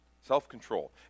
Self-control